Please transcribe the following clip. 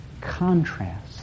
contrast